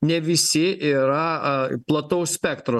ne visi yra a plataus spektro